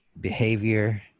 behavior